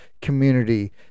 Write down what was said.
community